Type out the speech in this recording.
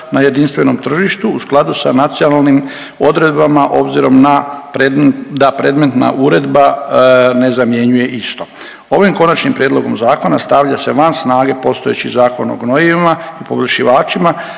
na jedinstvenom tržištu u skladu sa nacionalnim odredbama obzirom na pred…, da predmetna uredba ne zamjenjuje isto. Ovim Konačnim prijedlogom zakona stavlja se van snage postojeći Zakon o gnojivima i poboljšivačima